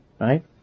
Right